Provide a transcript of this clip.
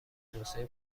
توسعه